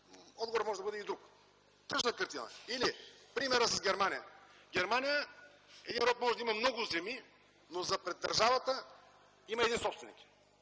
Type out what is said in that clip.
отговорът може да бъде и друг. Тъжна картина. Да вземем примера с Германия. Един род може да има много земи, но за пред държавата има един собственик.